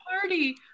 party